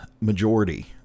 majority